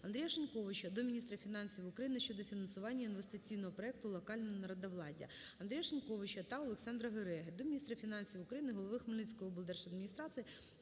Андрія Шиньковича до міністра фінансів України щодо фінансування інвестиційного проекту "Локальне народовладдя". Андрія Шиньковича та Олександра Гереги до міністра фінансів України, голови Хмельницької облдержадміністрації